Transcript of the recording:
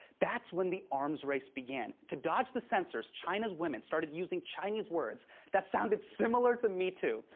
that's when the arms race began. to dodge the sensors, china's women started using chinese words that sounded similar to me too.